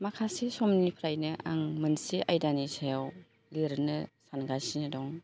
माखासे समनिफ्रायनो आं मोनसे आयदानि सायाव लिरनो सानगासिनो दं